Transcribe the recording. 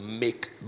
make